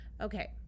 okay